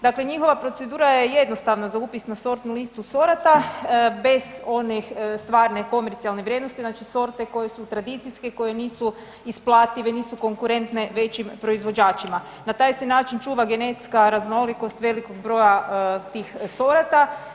Dakle, njihova procedura je jednostavna za upis na sortnu listu sorata bez one stvarne i komercionalne vrijednosti, znači sorte koje su tradicijske, koje nisu isplative i nisu konkurentne većim proizvođačima, na taj se način čuva genetska raznolikost velikog broja tih sorata.